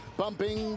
bumping